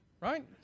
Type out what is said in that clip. right